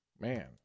man